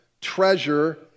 treasure